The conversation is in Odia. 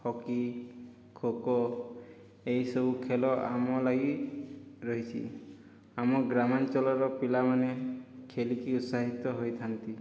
ହକି ଖୋ' ଖୋ' ଏଇ ସବୁ ଖେଲ ଆମ ଲାଗି ରହିଛି ଆମ ଗ୍ରାମାଞ୍ଚଲର ପିଲାମାନେ ଖେଲିକି ଉତ୍ସାହିତ ହୋଇଥାନ୍ତି